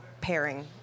pairing